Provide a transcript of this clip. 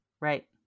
right